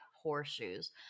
horseshoes